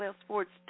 Sports